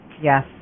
Yes